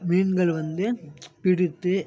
மீன்கள் வந்து பிடித்து